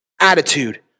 Attitude